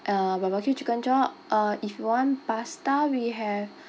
uh barbecue chicken chop or if you want pasta we have